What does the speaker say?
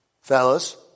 Fellas